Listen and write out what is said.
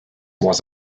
was